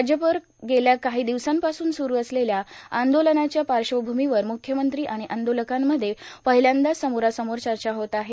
राज्यभर गेल्या काही दिवसांपासून सुरू असलेल्या आंदोलनांच्या पार्श्वभूमीवर म्रख्यमंत्री आणि आंदोलकांमध्ये पहिल्यांदाच समोरासमोर चर्चा होत आहे